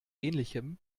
ähnlichem